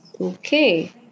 Okay